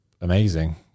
amazing